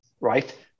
right